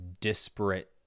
disparate